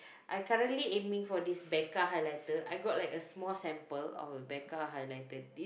I currently aiming for this Becka highlighter I got like a small sample of Becka highlighter it's